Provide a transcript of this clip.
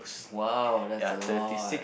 !wow! that's a lot